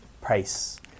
price